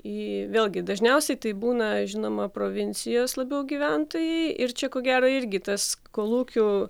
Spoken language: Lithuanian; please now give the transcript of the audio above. į vėlgi dažniausiai tai būna žinoma provincijos labiau gyventojai ir čia ko gero irgi tas kolūkių